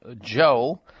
Joe